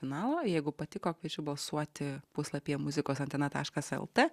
finalo jeigu patiko kviečiu balsuoti puslapyje muzikos antena taškas lt